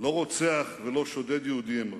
לא רוצח ולא שודד יהודי הם הרגו.